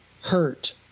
hurt